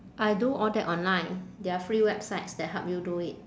I do all that online there are free websites that help you do it